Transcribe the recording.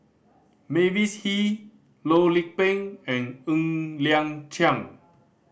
Mavis Hee Loh Lik Peng and Ng Liang Chiang